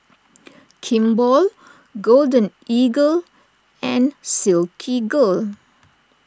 Kimball Golden Eagle and Silkygirl